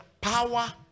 power